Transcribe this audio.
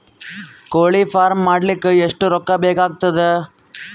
ಕೋಳಿ ಫಾರ್ಮ್ ಮಾಡಲಿಕ್ಕ ಎಷ್ಟು ರೊಕ್ಕಾ ಬೇಕಾಗತದ?